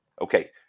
Okay